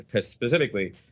specifically